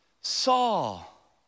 Saul